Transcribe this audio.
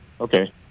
Okay